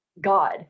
god